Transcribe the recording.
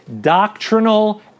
Doctrinal